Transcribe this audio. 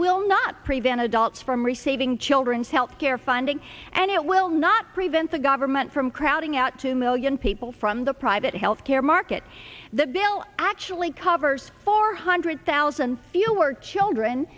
will not prevent adults from receiving children's health care funding and it will not prevent the government from crowding out two million people from the private health care market the bill actually covers four hundred thousand fewer children